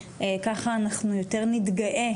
ככה אנחנו יותר נתגאה,